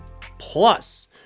Plus